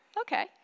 okay